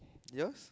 yours